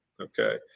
Okay